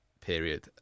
period